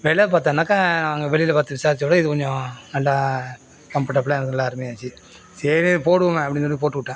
வெலை பார்த்தனாக்கா நாங்கள் வெளியில் பார்த்து விசாரித்தத விட இது கொஞ்சம் நல்லா கம்பர்டபுலாக ஒரு நல்லா அருமையா இருந்துச்சு சரி போடுவோமே அப்படின்னு சொல்லி போட்டுவிட்டேன்